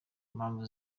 mpamvu